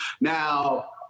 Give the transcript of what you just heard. Now